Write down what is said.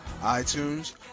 iTunes